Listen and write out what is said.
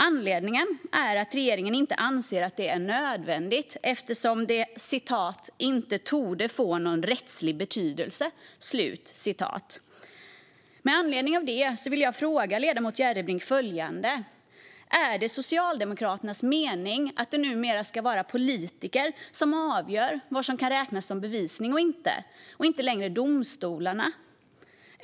Anledningen är att regeringen inte anser att det är nödvändigt eftersom förslaget inte torde få någon rättslig betydelse. Med anledning av detta vill jag fråga ledamoten Järrebring följande: Är det Socialdemokraternas mening att det numera ska vara politiker som avgör vad som kan räknas som bevisning eller ej och inte längre domstolorna?